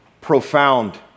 profound